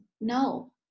No